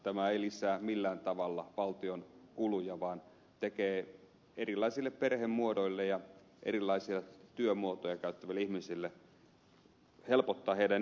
tämä ei lisää millään tavalla valtion kuluja vaan helpottaa erilaisten perhemuotojen ja erilaisia työmuotoja käyttävien ihmisten elämää sanotaan näin